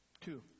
Two